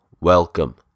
welcome